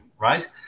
right